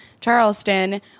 Charleston